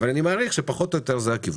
אבל אני מעריך שפחות או יותר זה הכיוון.